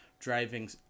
Driving